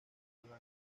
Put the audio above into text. blanco